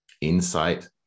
insight